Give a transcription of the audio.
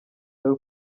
dore